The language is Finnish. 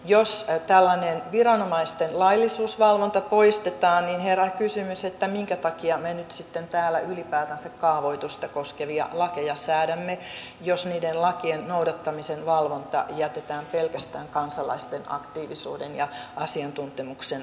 jos tällainen viranomaisten laillisuusvalvonta poistetaan niin herää kysymys minkä takia me nyt sitten täällä ylipäätänsä kaavoitusta koskevia lakeja säädämme jos niiden lakien noudattamisen valvonta jätetään pelkästään kansalaisten aktiivisuuden ja asiantuntemuksen